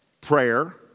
Prayer